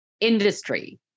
industry